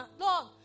Lord